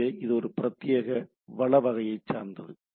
எனவே இது ஒரு பிரத்யேக வள வகையைச் சேர்ந்தது